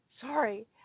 sorry